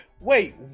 Wait